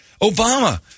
Obama